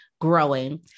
growing